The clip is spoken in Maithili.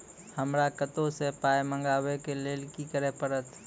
हमरा कतौ सअ पाय मंगावै कऽ लेल की करे पड़त?